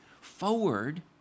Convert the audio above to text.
forward